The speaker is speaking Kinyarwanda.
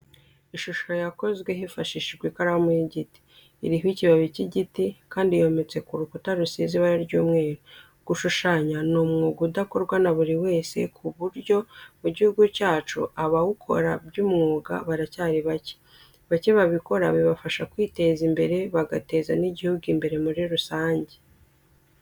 Ishusho yakozwe hifashishijwe ikaramu y'igiti, iriho ikibabi cy'igiti kandi yometse ku rukuta rusize ibara ry'umweru. Gushushanya ni umwuga udakorwa na buri wese ku buryo mu gihugu cyacu abawukora by'umwuga baracyari bake. Bake babikora bibafasha kwiteza imbere bagateza n'igihugu imbere muri rusange.